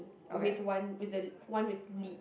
with one with the one with lid